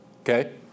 Okay